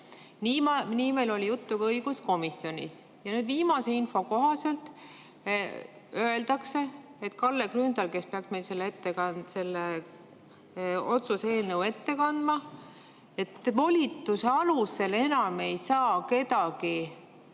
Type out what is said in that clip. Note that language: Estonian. Nii oli meil juttu ka õiguskomisjonis. Aga nüüd viimase info kohaselt öeldakse, et Kalle Grünthal, kes peaks meil selle otsuse eelnõu ette kandma, [seda ei saa]. Et volituse alusel enam ei saa kedagi